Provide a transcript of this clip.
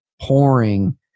pouring